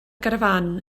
garafán